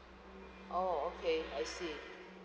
oh okay I see